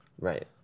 Right